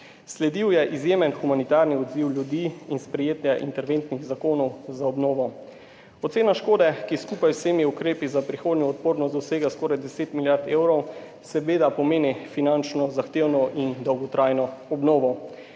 Sledil je izjemen humanitarni odziv ljudi in sprejetje interventnih zakonov za obnovo. Ocena škode, ki skupaj z vsemi ukrepi za prihodnjo odpornost dosega skoraj 10 milijard evrov, seveda pomeni finančno zahtevno in dolgotrajno obnovo.